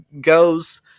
goes